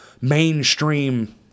mainstream